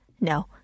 No